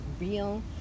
real